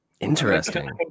Interesting